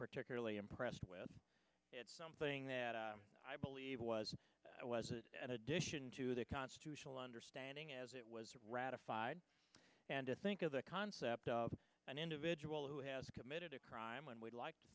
particularly impressed with it's something that i believe was at addition to the constitutional understanding as it was ratified and to think of the concept of an individual who has committed a crime and we'd like to